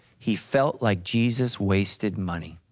he felt like jesus wasted money.